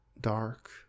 dark